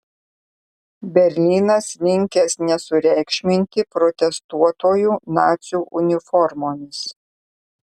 berlynas linkęs nesureikšminti protestuotojų nacių uniformomis